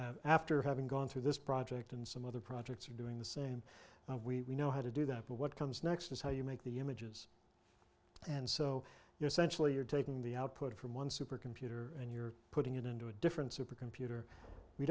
know after having gone through this project and some other projects are doing the same we know how to do that but what comes next is how you make the images and so you're sensually you're taking the output from one supercomputer and you're putting it into a different supercomputer we